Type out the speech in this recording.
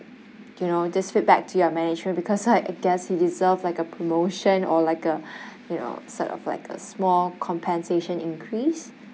you know this feedback to your manager because I guess he deserve like a promotion or like a you know sort of like a small compensation increase